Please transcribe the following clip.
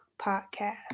Podcast